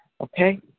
okay